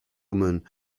woman